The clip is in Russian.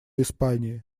испании